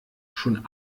schon